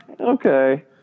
okay